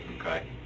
Okay